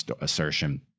assertion